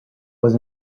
was